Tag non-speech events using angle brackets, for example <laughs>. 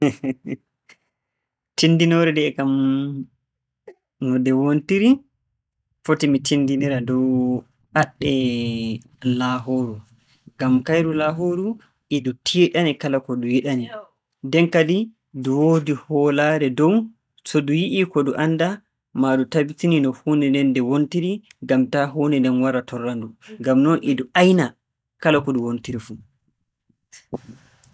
<laughs> Tinndinoore nde'e kam, no nde wontiri, foti mi tinndinira dow aaɗɗe laahooru. Ngam kayru laahooru, e ndu tiiɗani kala ko ndu yiɗani. <noise> Nden kadi ndu woodi hoolaare dow to ndu yi'ii ko ndu anndaa, maa ndu tabitinii no huunde nden nde wontiri ngam taa huunde nden wara torra-ndu. Ngam non e ndu ayna kala ko ndu wontiri fuu.